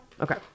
okay